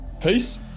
peace